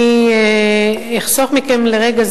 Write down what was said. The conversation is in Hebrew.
אני רוצה לקרוא מנוסח הצעת